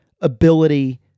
ability